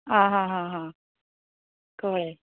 हा हा हा हा कळ्ळें